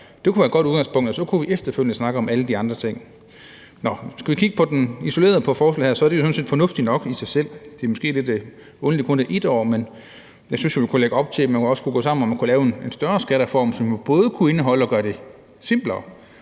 Det kunne være et godt udgangspunkt, og så kunne vi efterfølgende snakke om alle de andre ting. Nå, hvis vi skal se isoleret på forslaget, er det jo sådan set fornuftigt nok i sig selv. Det er måske lidt underligt, at det kun er 1 år. Jeg synes, at man kunne lægge op til, at man også kunne gå sammen om at lave en større skattereform, som både kunne indeholde det her og gøre det simplere